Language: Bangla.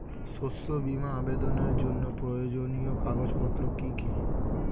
শস্য বীমা আবেদনের জন্য প্রয়োজনীয় কাগজপত্র কি কি?